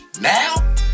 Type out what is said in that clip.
now